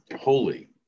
holy